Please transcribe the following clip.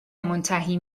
منتهی